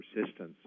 persistence